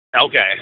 Okay